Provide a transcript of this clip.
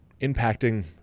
impacting